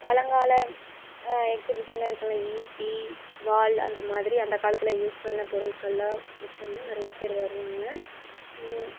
பழங்கால எக்சிபிஸன்லாம் இருக்கும்ல ஈட்டி வாள் அந்த மாதிரி அந்த காலத்தில் யூஸ் பண்ண பொருட்கள்லாம் வச்சோம்னா நிறைய பேர் வருவாங்க